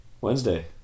Wednesday